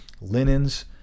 linens